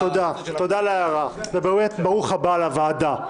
תודה על ההערה וברוך הבא לוועדה.